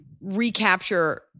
recapture